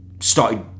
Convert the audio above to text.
started